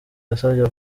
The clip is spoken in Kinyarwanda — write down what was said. yasabye